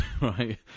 right